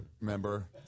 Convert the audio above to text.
member